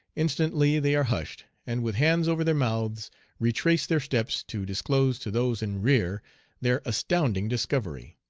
instantly they are hushed, and with hands over their mouths retrace their steps to disclose to those in rear their astounding discovery.